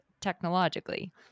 technologically